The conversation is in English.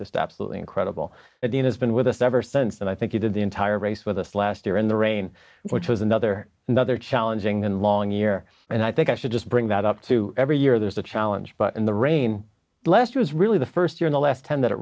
just absolutely incredible the dean has been with us ever since and i think he did the entire race with us last year in the rain which was another another challenging and long year and i think i should just bring that up to every year there's a challenge but in the rain blessed was really the first year in the last ten that it